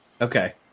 Okay